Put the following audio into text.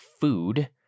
food